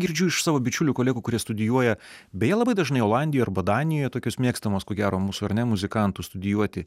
girdžiu iš savo bičiulių kolegų kurie studijuoja beje labai dažnai olandijoj arba danijoj tokios mėgstamos ko gero mūsų ar ne muzikantų studijuoti